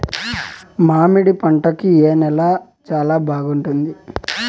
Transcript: మామిడి పంట కి ఏ నేల చానా బాగుంటుంది